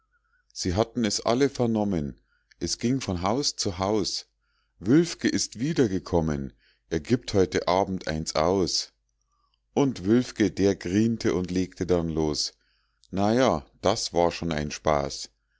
sie hatten es alle vernommen es ging von haus zu haus wülfke ist wiedergekommen er gibt heute abend eins aus und wülfke der griente und legte dann los na ja das war schon ein spaß